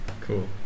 Cool